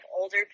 older